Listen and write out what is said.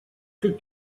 could